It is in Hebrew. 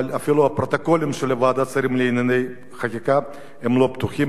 אבל אפילו הפרוטוקולים של ועדת שרים לענייני חקיקה לא פתוחים.